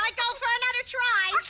like ah for another try.